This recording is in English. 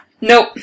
Nope